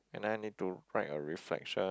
and then I need to write a reflection